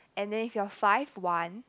and then if you are five one